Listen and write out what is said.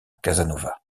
casanova